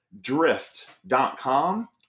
drift.com